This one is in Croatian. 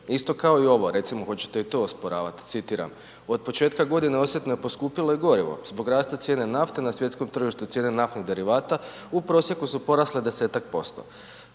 isto kao i ovo, recimo hoćete i to osporavati, citiram, Od početka godine osjetno je poskupjelo i gorivo, zbog raste cijene nafte na svjetskom tržištu cijene naftnih derivata u prosjeku su porasle 10-ak%.